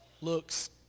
looks